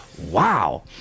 Wow